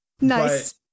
nice